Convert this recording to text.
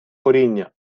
коріння